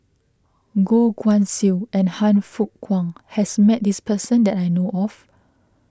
Goh Guan Siew and Han Fook Kwang has met this person that I know of